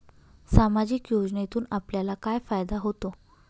सामाजिक योजनेतून आपल्याला काय फायदा होतो?